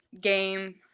game